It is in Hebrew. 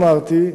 אמרתי,